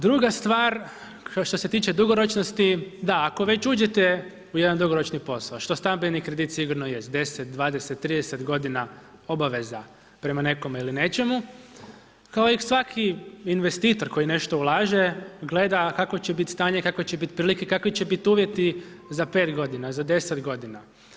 Druga stvar što se tiče dugoročnosti, da, ako već uzete u jedan dugoročni posao što stambeni kredit sigurno jest, 10, 20, 30 godina obaveza prema nekome ili nečemu kao i svaki investitor koji nešto ulaže gleda kakvo će biti stanje i kakve će biti prilike i kakvi će biti uvjeti za 5 godina, za 10 godina.